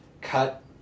cut